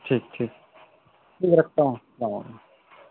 ٹھیک ٹھیک ٹھیک ہے رکھتا ہوں السلام علیکم